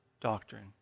doctrine